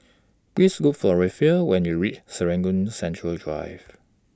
Please Look For Raphael when YOU REACH Serangoon Central Drive